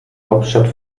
hauptstadt